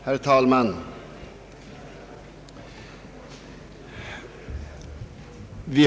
Herr talman!